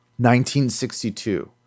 1962